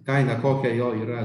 kainą kokia jo yra